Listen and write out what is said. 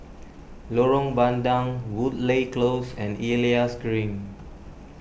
Lorong Bandang Woodleigh Close and Elias Green